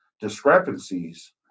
discrepancies